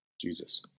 Jesus